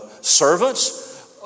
servants